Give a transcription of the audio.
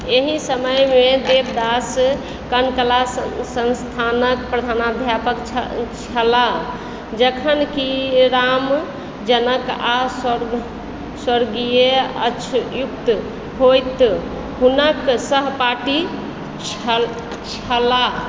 एहि समयमे देवदास कला संस्थानक प्रधानाध्यापक छला जखनकि रामजनक आ स्वर्गीय अछियुक्त होइत हुनक सहपाठी छला